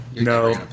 No